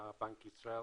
בנק ישראל.